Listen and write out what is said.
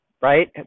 right